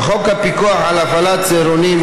בחוק הפיקוח על הפעלת צהרונים,